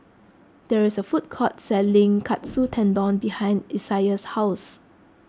there is a food court selling Katsu Tendon behind Isiah's house